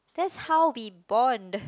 that's how we bond